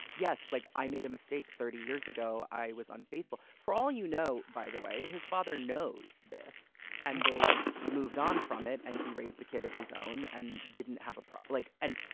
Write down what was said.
yes. like i made a mistake thirty years ago. i was unfaithful for all you know, by the way, his father knows this and they moved on from it and he raised the kids his own and didn't have like and,